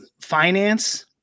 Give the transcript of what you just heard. finance